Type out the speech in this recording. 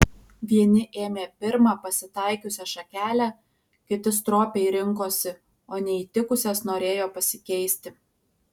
vieni ėmė pirmą pasitaikiusią šakelę kiti stropiai rinkosi o neįtikusias norėjo pasikeisti